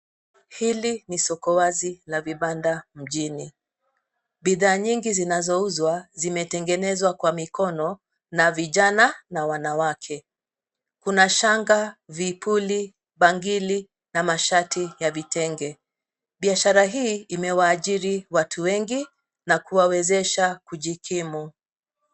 Hili ni soko wazi la vibanda mjini. Bidhaa nyingi zinazouzwa zimetengenezwa kwa mikono na vijana na wanawake. Kuna shanga, vipuli, bangili na mashati ya vitenge. Biashara hii imeajiri watu wengi na kuwawezesha kujikimu.